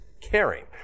caring